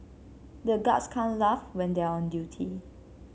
the guards can't laugh when they are on duty